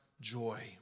joy